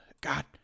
God